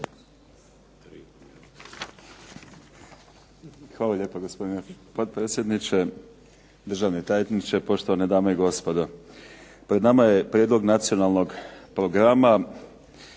Hvala lijepa. Gospodine potpredsjedniče, državni tajniče, poštovane dame i gospodo. Pred nama je prijedlog nacionalnog programa